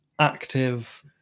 active